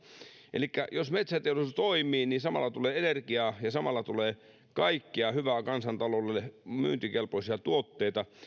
elikkä jos metsäteollisuus toimii niin samalla tulee energiaa ja samalla tulee kaikkea hyvää kansantaloudelle myyntikelpoisia tuotteita